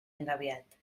engabiat